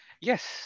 Yes